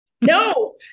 No